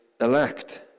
elect